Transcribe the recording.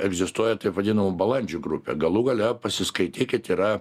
egzistuoja taip vadinamų balandžių grupė galų gale pasiskaitykit yra